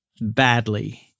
Badly